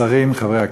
השרים, חברי הכנסת,